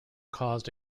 caused